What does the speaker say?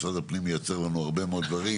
משרד הפנים מייצר לנו הרבה מאוד דברים.